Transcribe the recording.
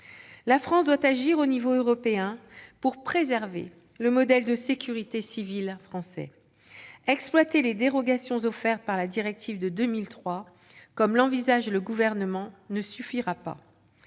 La France doit agir au niveau européen pour préserver le modèle de sécurité civile français. Exploiter les dérogations offertes par la directive de 2003, comme l'envisage le Gouvernement, ne suffira pas.